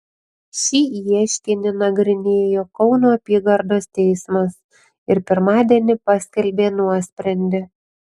šį ieškinį nagrinėjo kauno apygardos teismas ir pirmadienį paskelbė nuosprendį